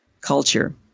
culture